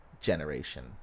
generation